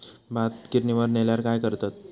भात गिर्निवर नेल्यार काय करतत?